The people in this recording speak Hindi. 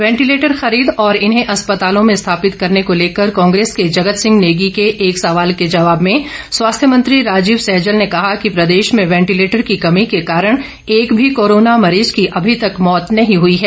वेंटिलेटर खरीद और इन्हें अस्पतालों में स्थापित करने को लेकर कांग्रेस के जगत सिंह नेगी के एक सवाल के जवाब में स्वास्थ्य मंत्री राजीव रौजल ने कहा कि प्रदेश में वेंटिलेटर की कमी के कारण एक भी कोरोना मरीज की अभी तक मौत नहीं हई है